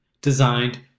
designed